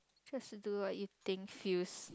just do what you think feels